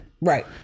right